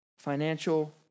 financial